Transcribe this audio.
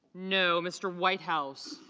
no. mr. whitehouse